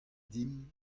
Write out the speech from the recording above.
deomp